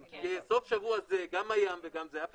אז אנחנו מבקשים --- בסוף השבוע הזה גם הים וגם זה היה פתוח.